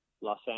Los